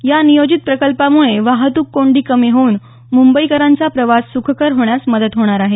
या नियोजित प्रकल्पामुळे वाहतूक कोंडी कमी होऊन मुंबईकरांचा प्रवास सुखकर होण्यास मदत होणार आहे